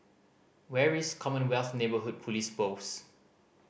where is Commonwealth Neighbourhood Police Post